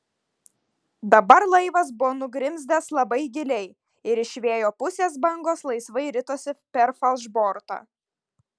dabar laivas buvo nugrimzdęs labai giliai ir iš vėjo pusės bangos laisvai ritosi per falšbortą